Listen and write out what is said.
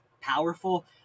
powerful